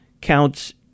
counts